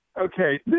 Okay